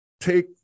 take